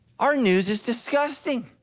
our news is disgusting.